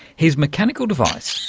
his mechanical device